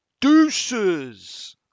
Deuces